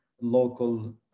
local